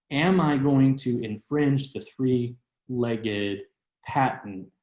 am i going to infringe the three legged patent